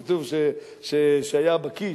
כי כתוב שהיה בקי,